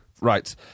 Right